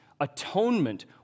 Atonement